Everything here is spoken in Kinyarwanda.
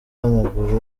w’amaguru